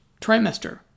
trimester